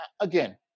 again